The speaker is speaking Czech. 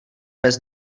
pes